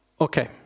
okay